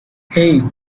hey